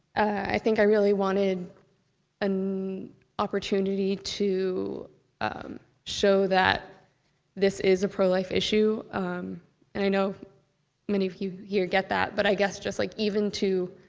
i think i really wanted an opportunity to show that this is a pro-life issue, um and i know many of you here get that but i guess, just like. even to